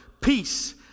Peace